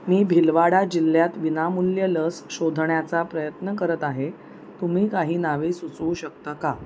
मी भिलवाडा जिल्ह्यात विनामूल्य लस शोधण्याचा प्रयत्न करत आहे तुम्ही काही नावे सुचवू शकता का